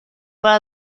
para